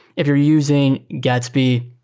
if you're using gatsby